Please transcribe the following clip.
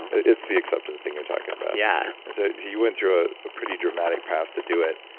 it's the acceptance thing you're talking about yeah so you went through a pretty dramatic path to do it,